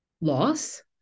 loss